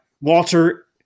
Walter